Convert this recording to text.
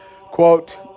quote